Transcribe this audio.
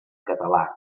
català